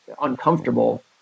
uncomfortable